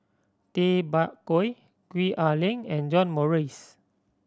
Tay Bak Koi Gwee Ah Leng and John Morrice